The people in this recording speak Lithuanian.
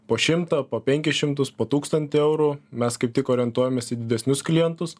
po šimto po penkis šimtus po tūkstantį eurų mes kaip tik orientuojamės į didesnius klientus